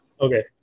okay